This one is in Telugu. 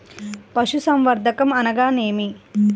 పశుసంవర్ధకం అనగా ఏమి?